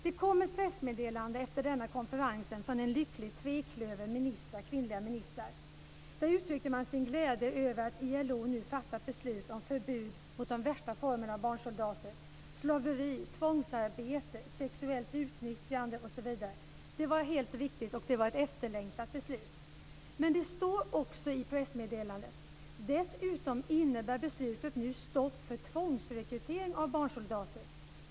Det kom ett pressmeddelande efter denna konferens från en lycklig treklöver av kvinnliga ministrar. Där uttryckte man sin glädje över att ILO nu fattat beslut om förbud mot de värsta formerna av barnarbete, mot slaveri, tvångsarbete, sexuellt utnyttjande osv. Det var helt riktigt och det var ett efterlängtat beslut. Men det står också i pressmeddelandet: "Dessutom innebär beslutet nu stopp för tvångsrekrytering av barnsoldater.